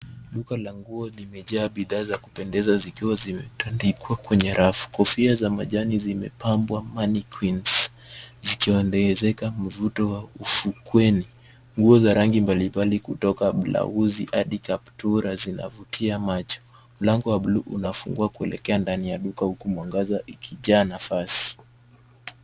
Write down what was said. Duka la nguo limejaa bidhaa za kupendeza zikiwa zimetundikwa kwenye rafu. Kofia za majani zimepambwa manequinns zikiongezeka mvuto wa ukweli. Nguo za rangi mbalimbali kutoka blauzi hadi kaptura zinavutia macho. Mlango wa bluu unafungua kuelekea ndani ya duka huku mwangaza ikijaa nafasi.